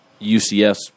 UCS